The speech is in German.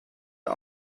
der